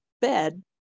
bed